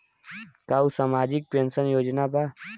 का उ सामाजिक पेंशन योजना बा?